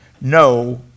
No